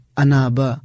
anaba